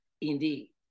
indeed